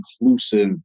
inclusive